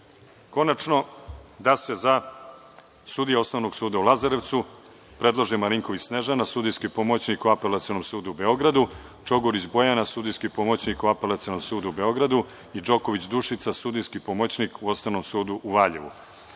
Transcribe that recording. Čačku. Konačno, da se za sudije Osnovnog suda u Lazarevcu predlože: Marinković Snežana, sudijski pomoćnik u Apelacionom sudu u Beogradu, Čogurić Bojana, sudijski pomoćnik u Apelacionom sudu u Beogradu i Džoković Dušica, sudijski pomoćnik u Osnovnom sudu u Valjevu.